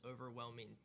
overwhelming